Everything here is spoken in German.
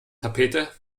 tapete